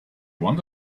want